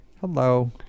Hello